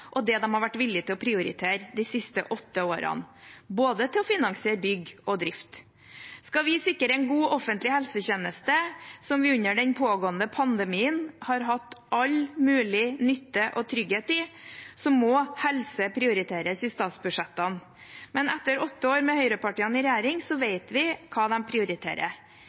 og det de har vært villig til å prioritere de siste åtte årene til finansiering av både bygg og drift. Skal vi sikre en god offentlig helsetjeneste, som vi under den pågående pandemien har hatt all mulig nytte av og trygghet i, må helse prioriteres i statsbudsjettene. Men etter åtte år med høyrepartiene i regjering vet vi hva de prioriterer.